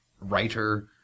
writer